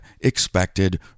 expected